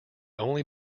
only